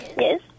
yes